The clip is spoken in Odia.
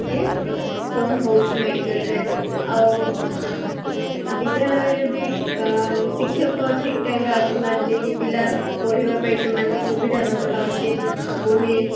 କିି କ'ଣ ହେଉଛି ମେଡ଼ିକାଲ୍ରେ ଆଉ ବିଦ୍ୟାଳୟରେ ବି ଶିକ୍ଷକ ଠିକ୍ ଟାଇମ୍ରେ ଆସୁନାହାନ୍ତି କି ପିଲା ପଢ଼ିବା ପାଇଁ ସେମାନଙ୍କୁ ସୁବିଧା ନଥାଉଛି ବହି